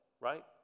right